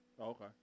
okay